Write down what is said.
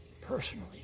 Personally